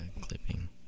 clipping